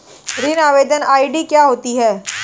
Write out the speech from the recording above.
ऋण आवेदन आई.डी क्या होती है?